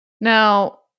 Now